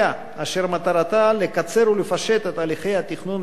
אשר מטרתה לקצר ולפשט את הליכי התכנון והבנייה